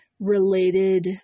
related